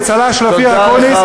וצל"ש לאופיר אקוניס,